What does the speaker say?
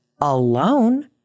alone